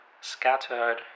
scattered